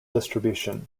distribution